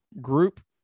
group